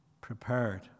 prepared